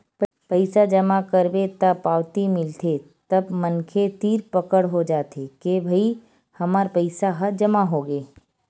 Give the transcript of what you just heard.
पइसा जमा करबे त पावती मिलथे तब मनखे तीर पकड़ हो जाथे के भई हमर पइसा ह जमा होगे